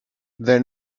they